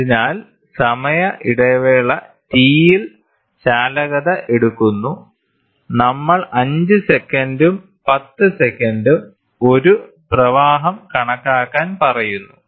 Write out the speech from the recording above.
അതിനാൽ സമയ ഇടവേള T യിൽ ചാലകത എടുക്കുന്നു നമ്മൾ 5 സെക്കൻഡും 10 സെക്കൻഡും ഒരു പ്രവാഹം കണക്കാക്കാൻ പറയുന്നു